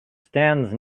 stands